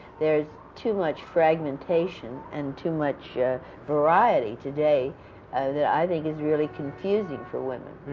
there's too much fragmentation and too much variety today that i think is really confusing for women.